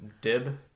dib